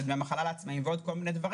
דמי מחלה לעצמאים ועוד דברים,